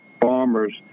farmers